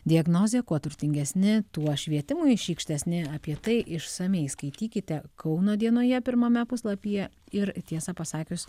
diagnozė kuo turtingesni tuo švietimui šykštesni apie tai išsamiai skaitykite kauno dienoje pirmame puslapyje ir tiesą pasakius